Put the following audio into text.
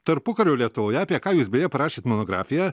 tarpukario lietuvoje apie ką jūs beje parašėt monografiją